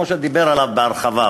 כמו שדיבר עליו בהרחבה,